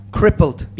crippled